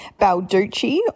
Balducci